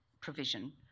provision